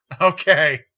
Okay